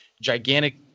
gigantic